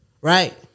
right